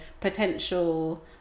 potential